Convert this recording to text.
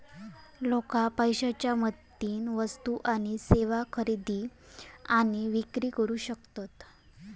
लोका पैशाच्या मदतीन वस्तू आणि सेवा खरेदी आणि विक्री करू शकतत